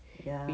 ya